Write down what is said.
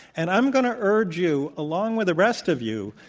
and i'm going to urge you, along with the rest of you,